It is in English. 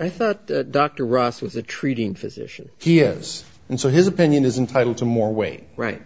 i thought dr ross was a treating physician he is and so his opinion is entitle to more weight right